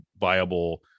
viable